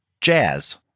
jazz